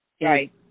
right